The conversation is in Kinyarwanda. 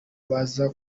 baza